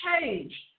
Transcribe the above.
change